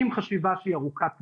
עם חשיבה שהיא ארוכת טווח,